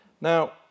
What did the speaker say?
now